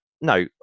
no